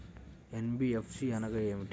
NBFC అనగా ఏమిటీ?